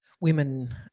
women